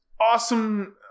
awesome